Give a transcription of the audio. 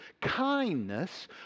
kindness